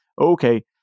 okay